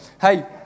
Hey